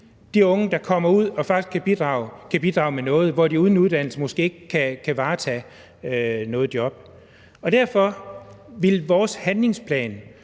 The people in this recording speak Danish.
de unge, der kommer ud, faktisk kan bidrage med noget, hvor de uden uddannelse måske ikke kan varetage noget job. Derfor handler vores handlingsplan,